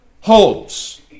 holds